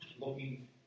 looking